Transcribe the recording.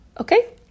okay